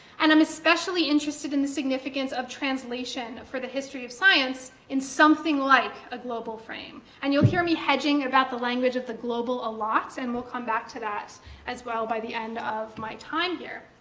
and i'm especially interested in the significance of translation for the history of science in something like a global frame. and you'll hear me hedging about the language of the global ah lot, and we'll come back to that as well by the end of my time here.